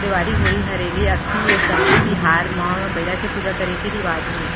देवारी, होरी हरेली, अक्ती ए सब्बे तिहार म बइला के पूजा करे के रिवाज हे